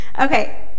Okay